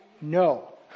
no